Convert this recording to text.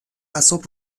اعصاب